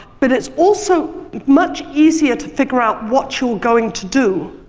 but it's also much easier to figure out what you're going to do,